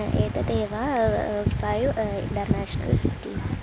एतदेव five international cities